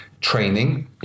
Training